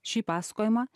šį pasakojimą